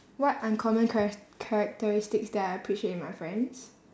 what uncommon charac~ characteristics that I appreciate in my friends